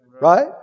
Right